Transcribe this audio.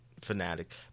fanatic